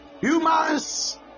humans